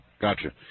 gotcha